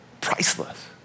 Priceless